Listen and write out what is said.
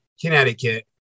Connecticut